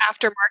aftermarket